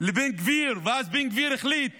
לבן גביר, ואז בן גביר החליט